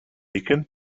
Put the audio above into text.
bacon